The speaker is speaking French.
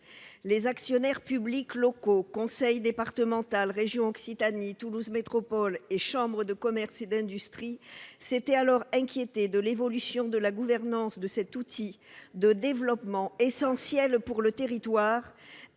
Les actionnaires publics locaux- conseil départemental, région Occitanie, Toulouse Métropole, chambre de commerce et d'industrie -s'étaient alors inquiétés de l'évolution de la gouvernance de cet outil de développement essentiel pour le territoire,